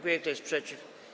Kto jest przeciw?